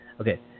Okay